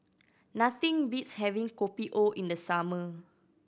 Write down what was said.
nothing beats having Kopi O in the summer